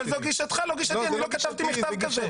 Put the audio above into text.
אבל זו גישתך, לא גישתי, אני לא כתבתי מכתב כזה.